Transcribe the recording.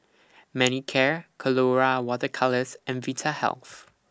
Manicare Colora Water Colours and Vitahealth